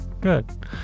Good